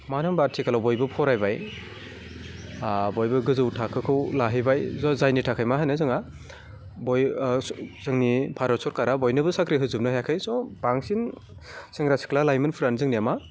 मानो होनबा आथिखालाव बयबो फरायबाय बयबो गोजौ थाखोखौ लाहैबाय जायनि थाखाय मा होनो जोंहा बय जोंनि भारत सोरकारा बयनोबो साख्रि होजोबनो हायाखै स' बांसिन सेंग्रा सिख्ला लाइमोनफोरानो जोंनिया मा